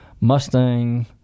Mustang